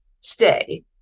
stay